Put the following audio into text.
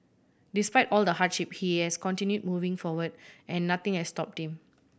despite all the hardship he has continued moving forward and nothing has stopped him